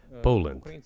Poland